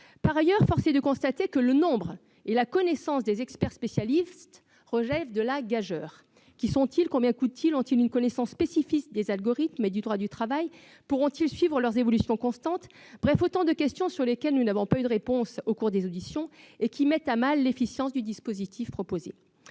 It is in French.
Par ailleurs, force est de constater que l'identification et le recensement des experts spécialistes relèvent de la gageure. Qui sont-ils ? Combien coûtent-ils ? Ont-ils une connaissance spécifique des algorithmes et du droit du travail ? Pourront-ils suivre les évolutions constantes ? Autant de questions auxquelles nous n'avons pas obtenu de réponse au cours des auditions et qui mettent à mal l'efficience du dispositif proposé.